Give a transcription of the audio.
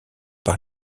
par